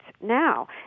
now